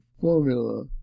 formula